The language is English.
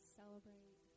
celebrate